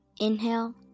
Inhale